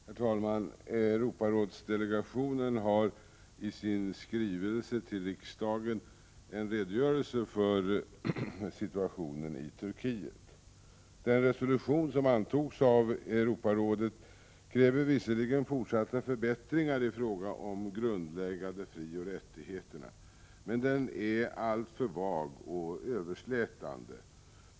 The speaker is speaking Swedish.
Herr talman! Europarådsdelegationen har i sin skrivelse till riksdagen en redogörelse för situationen i Turkiet. Den resolution som antogs av Europarådet kräver visserligen fortsatta förbättringar i fråga om de grundläggande frioch rättigheterna, men den är alltför vag och överslätande.